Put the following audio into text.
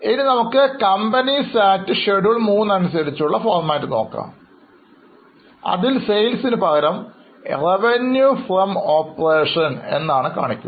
ഇനി company act schedule III അനുസരിച്ച് ഉള്ള ഫോർമാറ്റ് നോക്കാം അതിൽ Sales പകരം Revenue from operations എന്നാണ് പറയുക